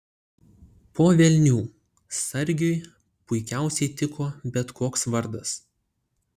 po velnių sargiui puikiausiai tiko bet koks vardas